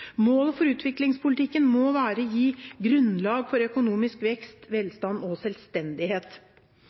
Målet for utviklingspolitikken må være å gi grunnlag for økonomisk vekst, velstand og selvstendighet.